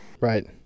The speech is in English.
Right